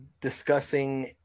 discussing